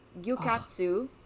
Gyukatsu